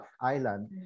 Island